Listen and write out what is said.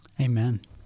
Amen